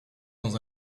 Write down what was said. dans